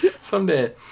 Someday